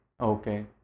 okay